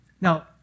Now